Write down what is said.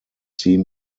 seem